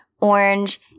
orange